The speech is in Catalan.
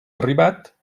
arribat